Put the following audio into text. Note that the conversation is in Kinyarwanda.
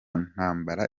ntambara